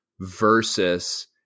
versus